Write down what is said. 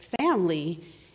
family